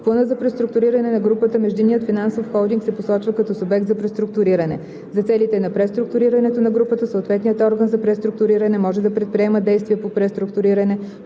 в плана за преструктуриране на групата междинният финансов холдинг се посочва като субект за преструктуриране. За целите на преструктурирането на групата съответният орган за преструктуриране може да предприема действия по преструктуриране